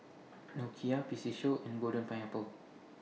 Nokia P C Show and Golden Pineapple